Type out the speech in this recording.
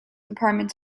department